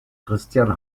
christian